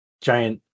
giant